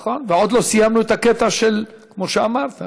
נכון, ועוד לא סיימנו את הקטע, כמו שאמרת,